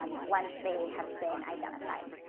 once they have been identified.